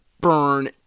burn